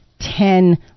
ten